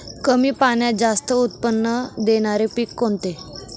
कमी पाण्यात जास्त उत्त्पन्न देणारे पीक कोणते?